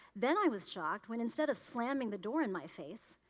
then i was shocked when instead of slamming the door in my face,